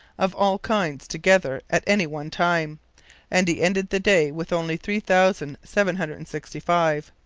of all kinds together, at any one time and he ended the day with only three thousand seven hundred and sixty five.